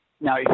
now